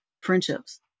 friendships